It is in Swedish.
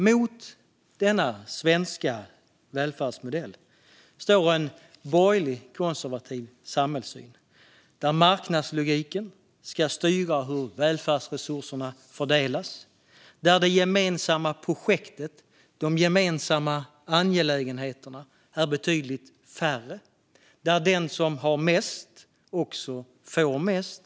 Mot denna svenska välfärdsmodell står en borgerlig, konservativ samhällssyn, där marknadslogiken ska styra hur välfärdsresurserna fördelas, där det gemensamma projektet och de gemensamma angelägenheterna är betydligt färre, där den som har mest också får mest.